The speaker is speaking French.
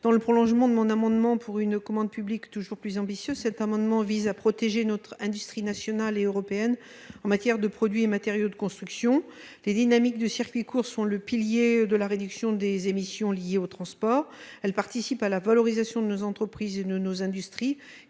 Dans le prolongement de mon précédent amendement pour une commande publique toujours plus ambitieuse, cet amendement vise à protéger notre industrie nationale et européenne de produits et matériaux de construction. Le développement des circuits courts est crucial dans la réduction des émissions liées aux transports, participe de la valorisation de nos entreprises et de nos industries